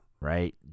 right